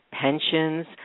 pensions